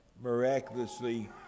miraculously